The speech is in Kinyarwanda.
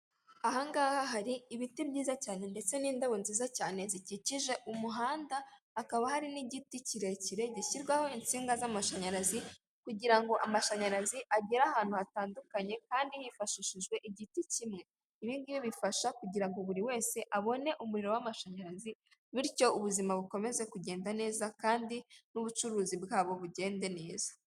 Aha ngaha hari ibiti byiza cyane ndetse n'indabo nziza cyane zikikije umuhanda, hakaba hari n'igiti kirekire gishyirwaho insinga z'amashanyarazi kugira ngo amashanyarazi agere ahantu hatandukanye kandi hifashishijwe igiti kimwe. Ibi ngibi bifasha kugira ngo buri wese abone umuriro w'amashanyarazi bityo ubuzima bukomeze kugenda neza kandi n'ubucuruzi bwabo bugende neza.